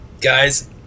guys